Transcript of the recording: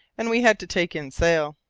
and we had to take in sail.